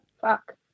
Fuck